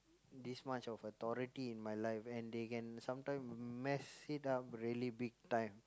this much of authority in my life and they can sometime mess it up really big time